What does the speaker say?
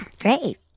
Great